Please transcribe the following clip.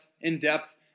in-depth